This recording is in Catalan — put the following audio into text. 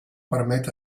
permet